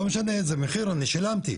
לא משנה איזה מחיר אני שילמתי,